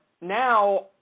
now